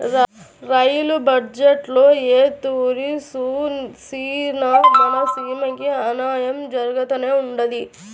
rail బజ్జెట్టులో ఏ తూరి సూసినా మన సీమకి అన్నాయం జరగతానే ఉండాది